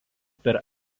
per